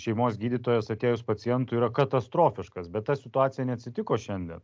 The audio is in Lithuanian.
šeimos gydytojas atėjus pacientui yra katastrofiškas bet ta situacija neatsitiko šiandien